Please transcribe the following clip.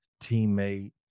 teammate